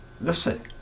listen